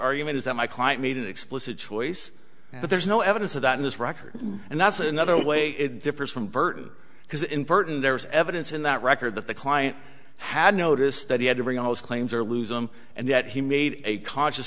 argument is that my client made explicit choice but there's no evidence of that in this record and that's another way it differs from burton because in burton there was evidence in that record that the client had noticed that he had to bring his claims or lose them and yet he made a conscious